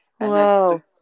Wow